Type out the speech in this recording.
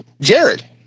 Jared